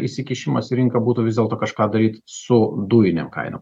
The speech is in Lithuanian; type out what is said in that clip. įsikišimas į rinką būtų vis dėlto kažką daryt su dujinėm kainom